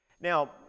Now